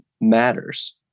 matters